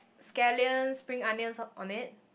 scallions spring onions top on it